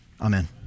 Amen